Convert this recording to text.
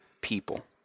people